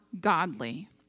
godly